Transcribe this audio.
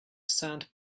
sand